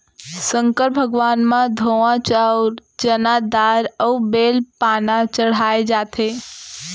संकर भगवान म धोवा चाउंर, चना दार अउ बेल पाना चड़हाए जाथे